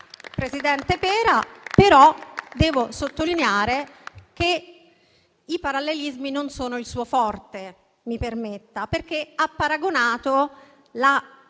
presidente Pera, però devo sottolineare che i parallelismi non sono il suo forte. Mi permetta di dirlo, perché ha paragonato la